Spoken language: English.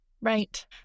Right